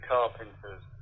Carpenter's